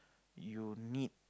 you need